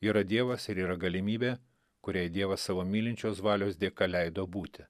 yra dievas ir yra galimybė kuriai dievas savo mylinčios valios dėka leido būti